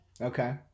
Okay